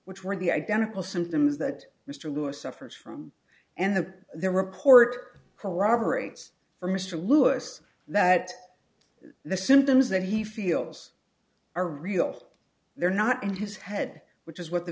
which were the identical symptoms that mr lewis suffers from and that their report corroborates for mr lewis that the symptoms that he feels are real they're not in his head which is what the